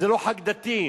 זה לא חג דתי,